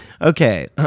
Okay